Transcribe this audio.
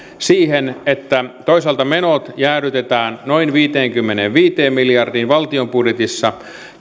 siihen että toisaalta menot jäädytetään noin viiteenkymmeneenviiteen miljardiin valtion budjetissa